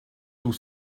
tout